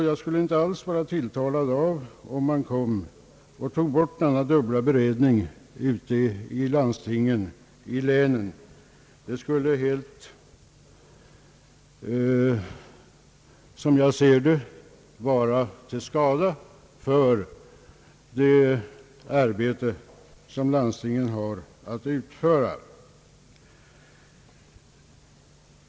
Jag skulle inte alls vara tilltalad av att man tar bort denna dubbla beredning ute i landstingen. Det skulle, som jag ser saken vara till skada för det arbete som landstingen har att utföra.